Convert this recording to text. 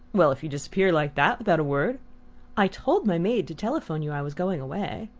well, if you disappear like that, without a word i told my maid to telephone you i was going away.